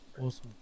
Awesome